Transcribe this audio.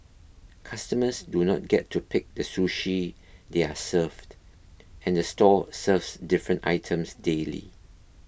customers do not get to pick the sushi they are served and the store serves different items daily